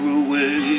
away